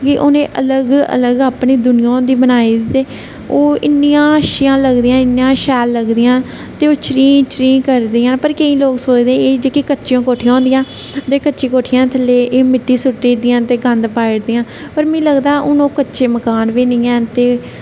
उनें अलग अलग अपंनी दुनिया होंदी बनाई दी ते ओह् इन्नियां शैल लगदियां इयां शैल लगदियां ते ओह् ची ची करदियां पर केंई लोक सोचदे एह् जेहकी कच्चियां कोठियां होंदिया जेहकी कच्ची कोठुया थल्ले एह् मिट्टी सुट्टी ओड़दी ते गंद पाई ओङदियां पर मिगी लगदा हून ओह् कच्चे मकान बी है नी हैन ते